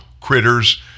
critters